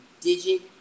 digit